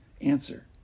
Answer